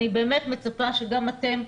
אני מצפה שגם אתם,